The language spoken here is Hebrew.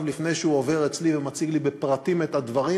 לפני שהוא עובר אצלי ומציג לי בפרטים את הדברים,